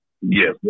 Yes